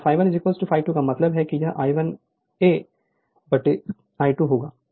यहां ∅1 ∅2 का मतलब है कि यह Ia 1 I 2 होगा